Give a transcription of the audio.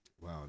Wow